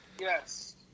Yes